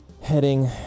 Heading